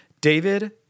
David